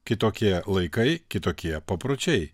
kitokie laikai kitokie papročiai